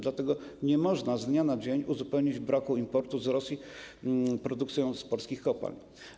Dlatego nie można z dnia na dzień uzupełnić braku importu z Rosji produkcją z polskich kopalń.